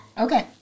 Okay